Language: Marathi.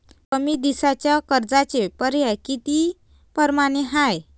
कमी दिसाच्या कर्जाचे पर्याय किती परमाने हाय?